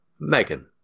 Megan